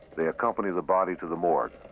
they accompany the body to the morgue.